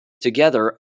Together